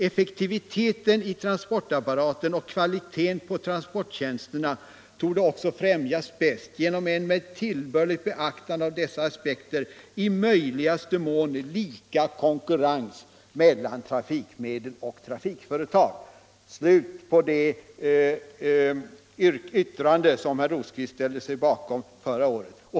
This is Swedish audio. Effektiviteten i transportapparaten och kvaliteten på transporttjänsterna torde också främjas bäst genom en med tillbörligt beaktande av dessa aspekter i möjligaste mån lika konkurrens mellan trafikmedel och trafikföretag.” Detta uttalande ställde sig herr Rosqvist bakom förra året.